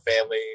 family